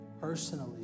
personally